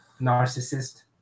narcissist